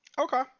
Okay